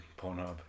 Pornhub